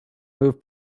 move